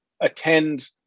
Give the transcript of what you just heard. attend